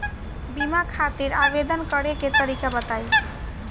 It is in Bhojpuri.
बीमा खातिर आवेदन करे के तरीका बताई?